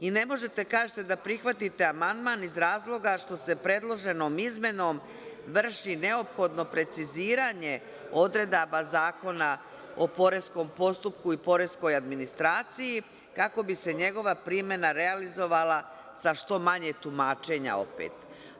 Ne možete da kažete da prihvatite amandman iz razloga što se predloženom izmenom vrši neophodno preciziranje odredaba Zakona o poreskom postupku i poreskoj administraciji kako bi se njegova primena realizovala sa što manje tumačenja opet.